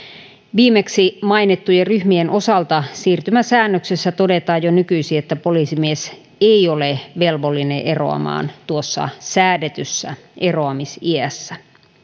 viimeksi mainittujen ryhmien osalta siirtymäsäännöksessä todetaan jo nykyisin että poliisimies ei ole velvollinen eroamaan tuossa säädetyssä eroamisiässä